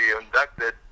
inducted